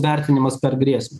vertinimas per grėsmę